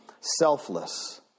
selfless